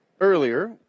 earlier